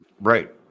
Right